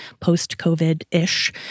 post-COVID-ish